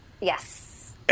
Yes